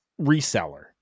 reseller